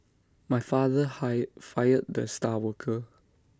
my father hire fired the star worker